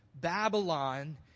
Babylon